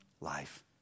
life